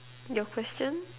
your question